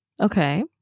Okay